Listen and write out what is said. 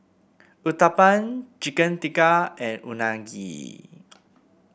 Uthapam Chicken Tikka and Unagi